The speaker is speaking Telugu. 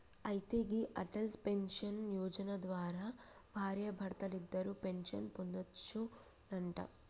అయితే గీ అటల్ పెన్షన్ యోజన ద్వారా భార్యాభర్తలిద్దరూ పెన్షన్ పొందొచ్చునంట